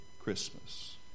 Christmas